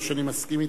ולא שאני מסכים אתה.